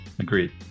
Agreed